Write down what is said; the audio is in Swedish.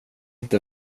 inte